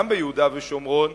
גם ביהודה ושומרון,